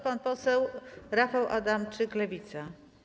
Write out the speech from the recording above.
Pan poseł Rafał Adamczyk, Lewica.